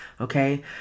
Okay